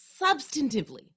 substantively